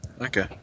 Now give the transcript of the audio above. Okay